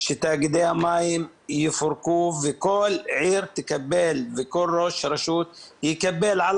שתאגידי המים יפורקו וכל ראש רשות יקבל על